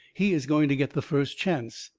he is going to get the first chance.